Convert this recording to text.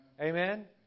Amen